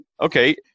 Okay